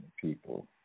people